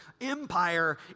Empire